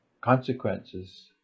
consequences